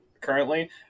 currently